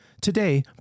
Today